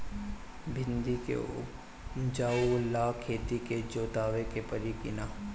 भिंदी के उपजाव ला खेत के जोतावे के परी कि ना?